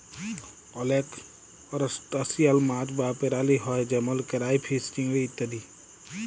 অলেক করসটাশিয়াল মাছ বা পেরালি হ্যয় যেমল কেরাইফিস, চিংড়ি ইত্যাদি